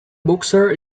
boxer